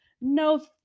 no